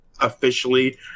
officially